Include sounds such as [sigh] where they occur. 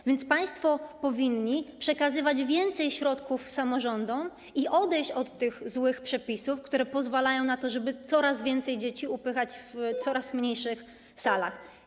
A więc państwo powinni przekazywać więcej środków samorządom i odejść od tych złych przepisów, które pozwalają na to, żeby coraz więcej dzieci upychać w [noise] coraz mniejszych salach.